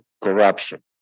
corruption